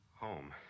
home